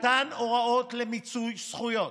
הוא נתן הוראות למיצוי זכויות.